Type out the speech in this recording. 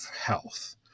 health